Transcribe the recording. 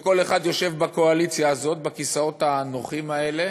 וכל אחד יושב בקואליציה הזאת, בכיסאות הנוחים האלה